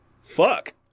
Fuck